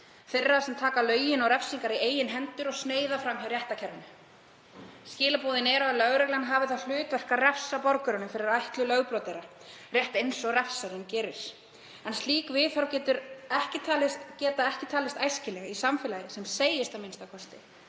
þeirra sem taka lögin og refsingar í eigin hendur og sneiða fram hjá réttarkerfinu. Skilaboðin eru að lögreglan hafi það hlutverk að refsa borgurunum fyrir ætluð lögbrot þeirra, rétt eins og refsarinn gerir. Slík viðhorf geta ekki talist æskileg í samfélagi sem segist a.m.k.